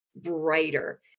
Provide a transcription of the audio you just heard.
brighter